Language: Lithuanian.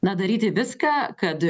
na daryti viską kad